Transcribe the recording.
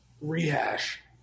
rehash